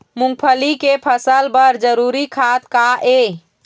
मूंगफली के फसल बर जरूरी खाद का ये?